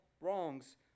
wrongs